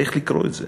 צריך לקרוא את זה.